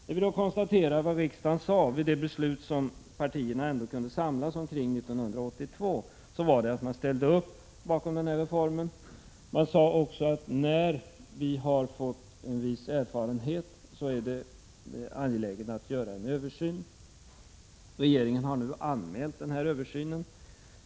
Jag vill understryka vad riksdagen framhöll i det beslut som partierna ändå kunde samlas omkring 1982. Man ställde upp bakom reformen och sade att det är angeläget att göra en översyn, när vi har fått en viss erfarenhet. Regeringen har nu anmält att det skall bli en översyn.